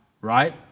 Right